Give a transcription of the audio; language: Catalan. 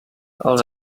els